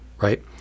right